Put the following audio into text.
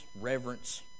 reverence